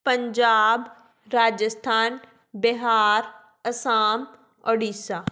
Punjab Rajasthan Bihar Assam Orissa